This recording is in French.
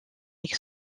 est